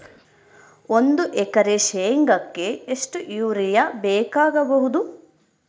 ಒಂದು ಎಕರೆ ಶೆಂಗಕ್ಕೆ ಎಷ್ಟು ಯೂರಿಯಾ ಬೇಕಾಗಬಹುದು?